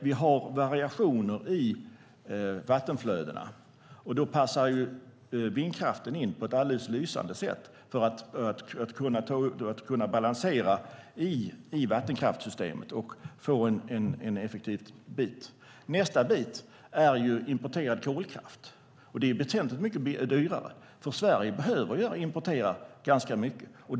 Vi har variationer i vattenflödena, och då passar vindkraften in på ett alldeles lysande sätt för att kunna balansera i vattenkraftsystemet och få det effektivt. Nästa energislag är importerad kolkraft, och den är väsentligt mycket dyrare. Sverige behöver importera ganska mycket.